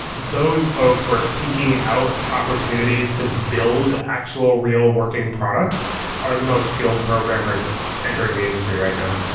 those folks who are seeking out opportunities to build actual real, working products are the most skilled programmers entering the industry right now